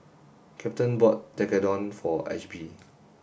captain bought Tekkadon for Ashby